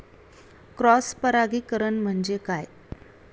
Cross परागीकरण म्हणजे काय?